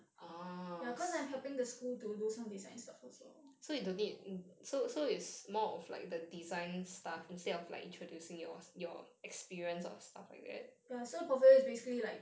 ya cause I'm helping the school to do some design stuff also ya so portfolio is basically like